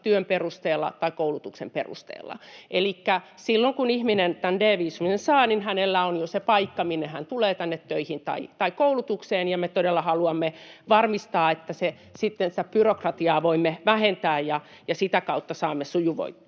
työn perusteella tai koulutuksen perusteella. Elikkä silloin, kun ihminen tämän D-viisumin saa, hänellä on jo se paikka, minne hän tulee tänne töihin tai koulutukseen, ja me todella haluamme varmistaa, että sitä byrokratiaa voimme vähentää ja sitä kautta saamme sujuvoitettua.